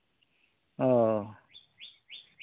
ᱚ